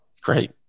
Great